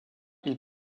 ils